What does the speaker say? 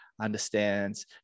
understands